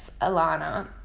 Alana